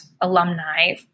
alumni